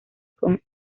con